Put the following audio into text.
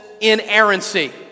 inerrancy